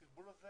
הסרבול הזה